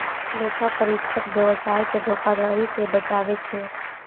लेखा परीक्षक व्यवसाय कें धोखाधड़ी सं बचबै छै